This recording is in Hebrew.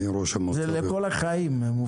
זה תואר לכל החיים.